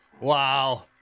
Wow